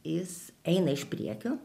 jis eina iš priekio